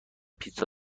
پیتزا